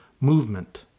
movement